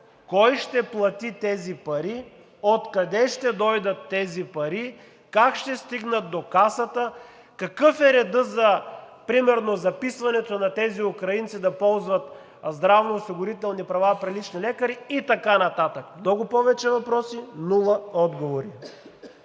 кой ще плати тези пари, откъде ще дойдат тези пари, как ще стигнат до Касата, какъв е редът примерно за записването на тези украинци да ползват здравноосигурителни права при лични лекари и така нататък? Много повече въпроси – нула отговори.